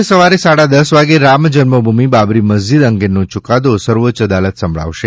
આજે સવારે સાડા દસ વાગે રામજન્મભૂમિ બાબરી મસ્જિદ અંગેનો યુકાદો સર્વોચ્ય અદાલત સંભળાવશે